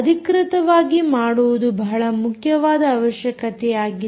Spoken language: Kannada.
ಅಧಿಕೃತವಾಗಿ ಮಾಡುವುದು ಬಹಳ ಮುಖ್ಯವಾದ ಅವಶ್ಯಕತೆಯಾಗಿದೆ